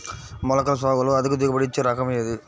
మొలకల సాగులో అధిక దిగుబడి ఇచ్చే రకం ఏది?